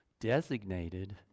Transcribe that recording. designated